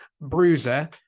bruiser